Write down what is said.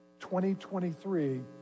2023